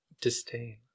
disdain